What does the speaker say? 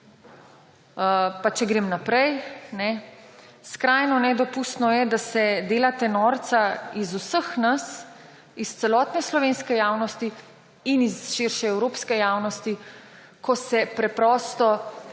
Pa če grem naprej. Skrajno nedopustno je, da se delate norca iz vseh nas, iz celotne slovenske javnosti in iz širše evropske javnosti, ko se preprosto